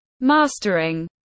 mastering